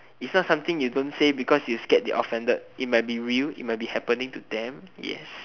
it's not something you don't say because you scared they offended it might be real it might be happening to them yes